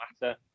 matter